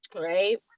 right